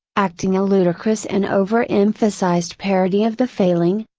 acting a ludicrous and over emphasized parody of the failing,